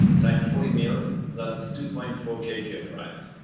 time forty meals that's two point four kg yeah of rice.